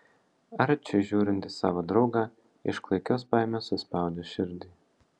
arčiui žiūrint į savo draugą iš klaikios baimės suspaudė širdį